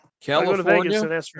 California